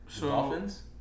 Dolphins